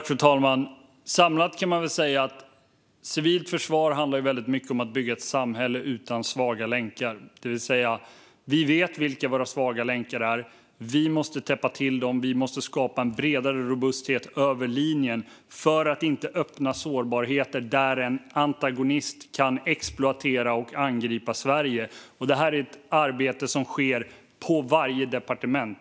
Fru talman! Samlat kan jag säga att civilt försvar väldigt mycket handlar om att bygga ett samhälle utan svaga länkar. Vi vet vilka våra svaga länkar är. Vi måste täppa till dem, och vi måste skapa en bredare robusthet över linjen för att inte öppna sårbarheter där en antagonist kan exploatera och angripa Sverige. Detta är ett arbete som sker på varje departement.